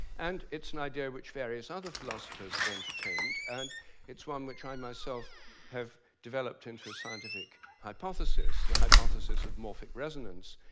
and it's an idea which various other philosophers have entertained, and it's one which i, myself have developed into a scientific hypothesis the hypothesis of morphic resonance,